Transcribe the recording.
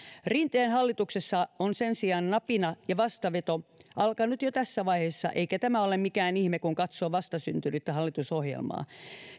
rinteen hallituksessa on sen sijaan napina ja vastaveto alkanut jo tässä vaiheessa eikä tämä ole mikään ihme kun katsoo vastasyntynyttä hallitusohjelmaa